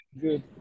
good